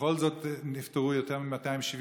ובכל זאת נפטרו יותר מ-270,